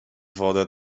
wodę